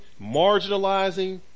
marginalizing